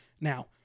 Now